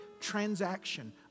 transaction